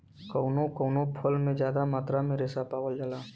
कउनो कउनो फल में जादा मात्रा में रेसा पावल जाला